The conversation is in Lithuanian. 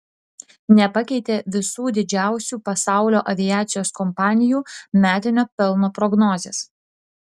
nepakeitė visų didžiausių pasaulio aviacijos kompanijų metinio pelno prognozės